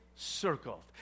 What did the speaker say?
circled